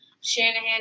shanahan